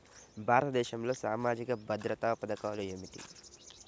భారతదేశంలో సామాజిక భద్రతా పథకాలు ఏమిటీ?